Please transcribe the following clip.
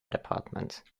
department